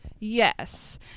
yes